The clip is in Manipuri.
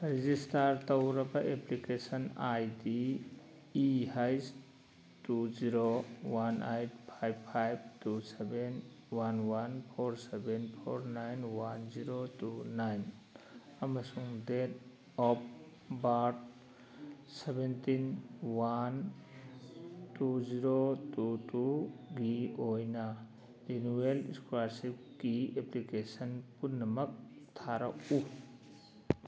ꯔꯦꯖꯤꯁꯇꯥꯔ ꯇꯧꯔꯕ ꯑꯦꯄ꯭ꯂꯤꯀꯦꯁꯟ ꯑꯥꯏ ꯗꯤ ꯏ ꯍꯩꯁ two zero one eight five five two seven one one four seven four nine one zero two nine ꯑꯃꯁꯨꯡ date of birth seventeen one two zero two ꯇꯨꯒꯤ ꯑꯣꯏꯅ ꯔꯤꯅꯨꯋꯦꯜ ꯁ꯭ꯀꯣꯂꯔꯁꯤꯞꯀꯤ ꯑꯦꯄ꯭ꯂꯤꯀꯦꯁꯟ ꯄꯨꯝꯅꯃꯛ ꯊꯥꯔꯛꯎ